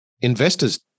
Investors